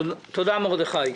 הישיבה נעולה.